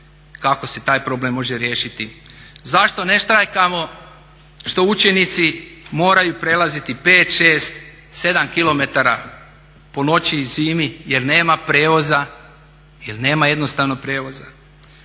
kako se taj problem može riješiti? Zašto ne štrajkamo što učenici moraju prelaziti 5,6,7 km po noći i zimi jer nema prijevoza, jer nema jednostavno prijevoza.